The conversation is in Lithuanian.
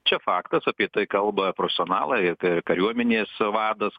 čia faktas apie tai kalba profesionalai ir ka kariuomenės vadas